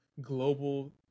global